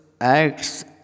acts